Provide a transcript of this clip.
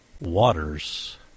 waters